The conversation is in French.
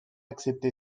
accepté